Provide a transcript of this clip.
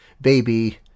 Baby